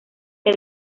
que